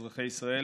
אזרחי ישראל,